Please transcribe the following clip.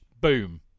Boom